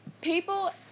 People